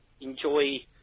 enjoy